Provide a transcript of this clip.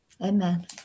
Amen